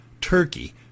Turkey